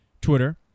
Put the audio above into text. Twitter